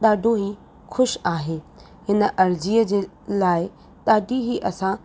ॾाढो ई ख़ुशि आहे हिन अर्ज़ीअ जे लाइ ॾाढी ई असां